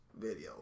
videos